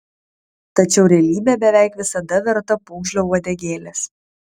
tačiau realybė beveik visada verta pūgžlio uodegėlės